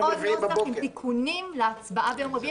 עשינו עוד נוסח עם תיקונים להצבעה ביום רביעי,